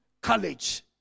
College